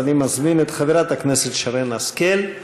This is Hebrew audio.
אז אני מזמין את חברת הכנסת שרן השכל.